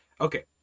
okay